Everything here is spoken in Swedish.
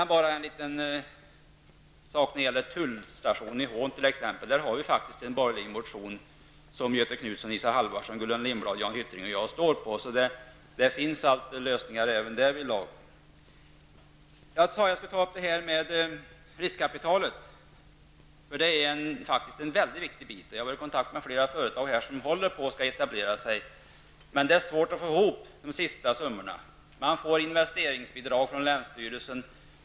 När det gäller tullstationen i Ånn vill jag framhålla att det finns en borgerlig motion, som Göthe Hyttring och jag står för. Det finns alltså lösningar även därvidlag. Riskkapitalet är en viktig sak. Jag har varit i kontakt med flera företag som håller på att etablera sig. Men det är svårt att få ihop de sista summorna. Man får investeringsbidrag från länsstyrelsen.